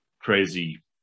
crazy